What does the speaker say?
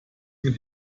mit